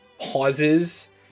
pauses